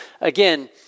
Again